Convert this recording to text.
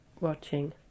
watching